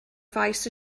faes